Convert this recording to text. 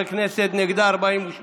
נגדה, 40,